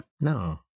No